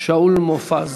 שאול מופז.